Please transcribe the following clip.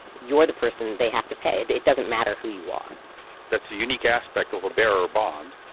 you're the person they have to pay. it doesn't matter who you are that's a unique aspect of a bearer bond.